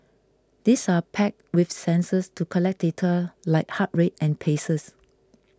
these are packed with sensors to collect data like heart rate and paces